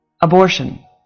abortion